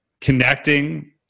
connecting